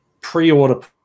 pre-order